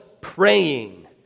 praying